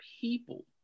people